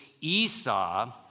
Esau